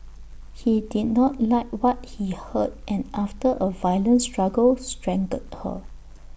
he did not like what he heard and after A violent struggle strangled her